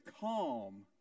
calm